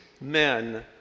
men